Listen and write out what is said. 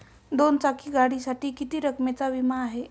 दोन चाकी गाडीसाठी किती रकमेचा विमा आहे?